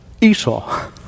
Esau